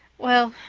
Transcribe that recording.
well,